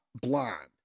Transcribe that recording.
blonde